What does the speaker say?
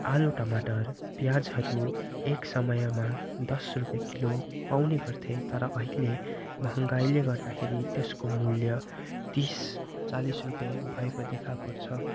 आलु टमाटर प्याजहरू एक समयमा दस रुपियाँ किलो पाउने गर्थे तर अहिले महँगाइले गर्दाखेरि त्यस्को मूल्य तिस चालिस रुपियाँ भएको देखा पर्छ